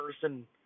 person